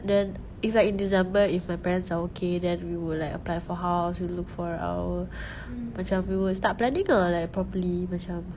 then if like in december if my parents are okay then we will like apply for house you know look for our macam we will start planning lah like properly macam